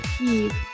eve